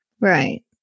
Right